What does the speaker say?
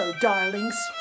darlings